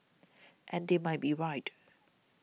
and they might be right